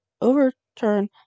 overturn